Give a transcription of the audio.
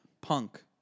Punk